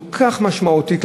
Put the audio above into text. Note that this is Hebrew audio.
כל כך משמעותי,